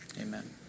amen